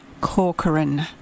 Corcoran